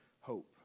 hope